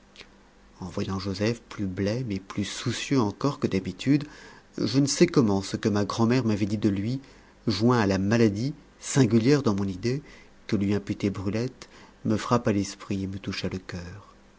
en voyant joseph plus blême et plus soucieux encore que d'habitude je ne sais comment ce que ma grand'mère m'avait dit de lui joint à la maladie singulière dans mon idée que lui imputait brulette me frappa l'esprit et me toucha le coeur